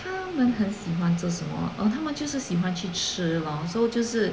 他们很喜欢做什么 or 他们就是喜欢去吃 lor so 就是